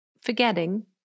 forgetting